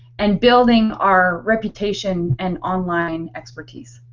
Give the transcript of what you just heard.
and building our reputation and online expertise.